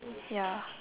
ya